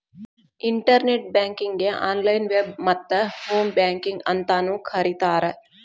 internet ಬ್ಯಾಂಕಿಂಗಗೆ online web ಮತ್ತ home banking ಅಂತಾನೂ ಕರಿತಾರ